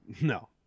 No